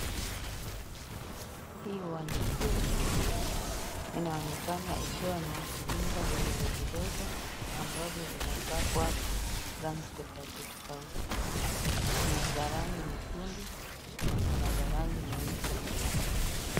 Huu uwanja kuu unaonekana ukiwa na vyumba vidogo vidogo ambavyo vimepakwa rangi tofauti tofauti, kuna za rangi nyekundu, na kuna za rangi nyeupe.